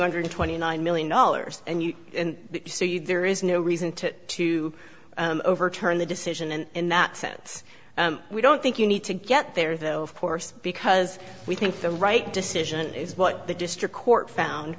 hundred twenty nine million dollars and you see there is no reason to to overturn the decision and in that sense we don't think you need to get there though of course because we think the right decision is what the district court found